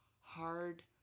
Hard